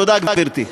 תודה, גברתי.